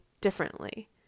differently